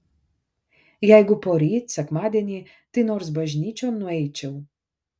jeigu poryt sekmadienį tai nors bažnyčion nueičiau